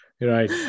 right